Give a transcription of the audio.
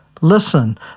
Listen